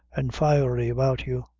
and fiery about you?